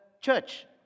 church